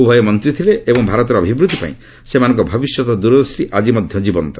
ଉଭୟ ମନ୍ତ୍ରୀ ଥିଲେ ଏବଂ ଭାରତର ଅଭିବୃଦ୍ଧିପାଇଁ ସେମାନଙ୍କ ଭବିଷ୍ୟତ ଦୂରଦୃଷ୍ଟି ଆଜି ମଧ୍ୟ ଜୀବନ୍ତ